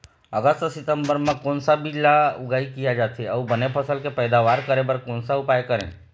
अगस्त सितंबर म कोन सा बीज ला उगाई किया जाथे, अऊ बने फसल के पैदावर करें बर कोन सा उपाय करें?